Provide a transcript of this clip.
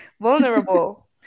vulnerable